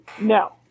No